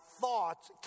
thoughts